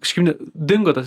kažkaip net dingo tas